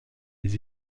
des